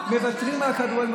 מוותרים על כדורגל,